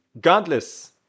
godless